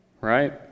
Right